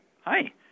Hi